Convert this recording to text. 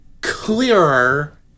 clearer